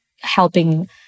helping